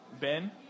Ben